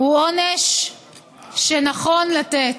הוא עונש שנכון לתת.